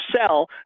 sell